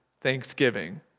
thanksgiving